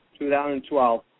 2012